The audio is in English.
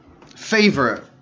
favorite